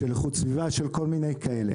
של איכות סביבה וכל מיני כאלה.